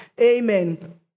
Amen